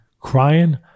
crying